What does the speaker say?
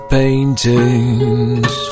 paintings